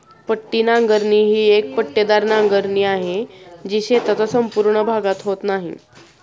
पट्टी नांगरणी ही एक पट्टेदार नांगरणी आहे, जी शेताचा संपूर्ण भागात होत नाही